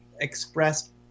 expressed